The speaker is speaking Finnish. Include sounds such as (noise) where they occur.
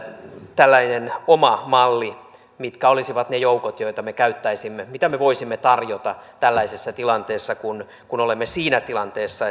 tällainen oma malli mitkä olisivat ne joukot joita me käyttäisimme mitä me voisimme tarjota tällaisessa tilanteessa kun kun olemme siinä tilanteessa (unintelligible)